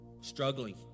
struggling